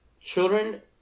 Children